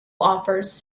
offers